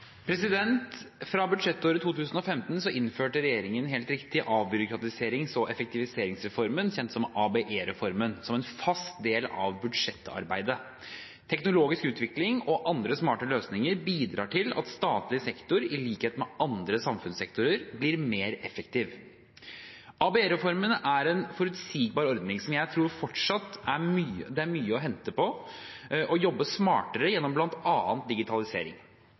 for?» Fra budsjettåret 2015 innførte regjeringen helt riktig avbyråkratiserings- og effektiviseringsreformen, kjent som ABE-reformen, som en fast del av budsjettarbeidet. Teknologisk utvikling og andre smarte løsninger bidrar til at statlig sektor – i likhet med andre samfunnssektorer – blir mer effektiv. ABE-reformen er en forutsigbar ordning som jeg tror det fortsatt er mye å hente på å jobbe smartere med, bl.a. gjennom digitalisering.